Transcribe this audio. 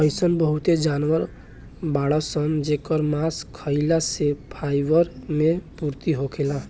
अइसन बहुते जानवर बाड़सन जेकर मांस खाइला से फाइबर मे पूर्ति होखेला